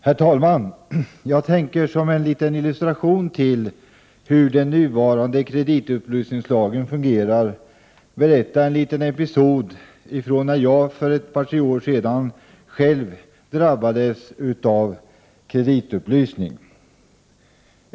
Herr talman! Jag tänker som en liten illustration till hur den nuvarande kreditupplysningslagen fungerar berätta en episod som utspelade sig när jag för ett par tre år sedan själv drabbades av kreditupplysning.